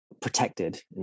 protected